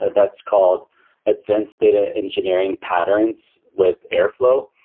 that's called advanced data engineering patterns with airflow.